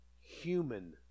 human